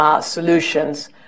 solutions